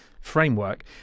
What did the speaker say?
framework